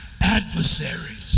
adversaries